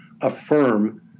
affirm